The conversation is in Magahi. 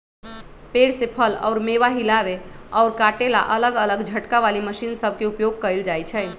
पेड़ से फल अउर मेवा हिलावे अउर काटे ला अलग अलग झटका वाली मशीन सब के उपयोग कईल जाई छई